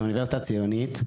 היא אוניברסיטה ציונית.